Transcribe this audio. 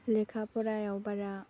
लेखा फरायाव बारा